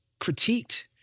critiqued